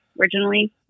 originally